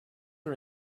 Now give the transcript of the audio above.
are